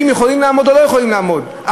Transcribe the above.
אם יכולים לעמוד או לא יכולים לעמוד בזה,